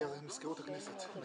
למזכירות הכנסת.